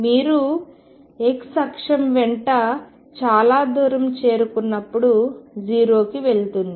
మీరు x అక్షం వెంట చాలా దూరం చేరుకున్నప్పుడు 0కి వెళ్తుంది